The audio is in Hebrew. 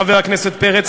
חבר הכנסת פרץ,